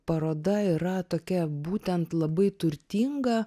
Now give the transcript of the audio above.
paroda yra tokia būtent labai turtinga